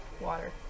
Water